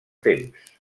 temps